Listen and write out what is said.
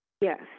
Yes